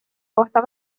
kohta